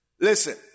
Listen